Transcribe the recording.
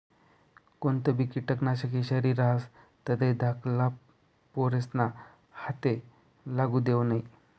कोणतंबी किटकनाशक ईषारी रहास तधय धाकल्ला पोरेस्ना हाते लागू देवो नै